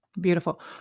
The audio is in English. Beautiful